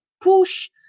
push